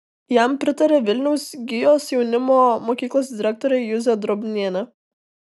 jam pritaria vilniaus gijos jaunimo mokyklos direktorė juzė drobnienė